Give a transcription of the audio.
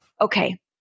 okay